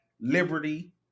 liberty